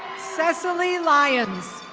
cecily lions.